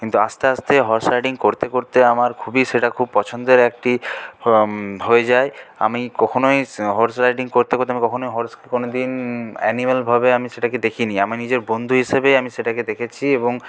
কিন্তু আস্তে আস্তে হর্স রাইডিং করতে করতে আমার খুবই সেটা খুব পছন্দের একটি হয়ে যায় আমি কখনই হর্স রাইডিং করতে করতে আমি কখনই হর্সকে কোনদিন অ্যানিম্যালভাবে আমি সেটাকে দেখিনি আমি নিজের বন্ধু হিসাবেই আমি সেটাকে দেখেছি এবং